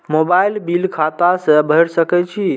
Mobile bill खाता से भेड़ सके छि?